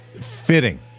fitting